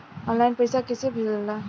Online पैसा कैसे भेजल जाला?